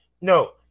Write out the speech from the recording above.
no